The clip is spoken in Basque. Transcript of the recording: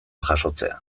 jasotzea